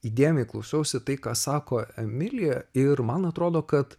įdėmiai klausiausi tai ką sako emilija ir man atrodo kad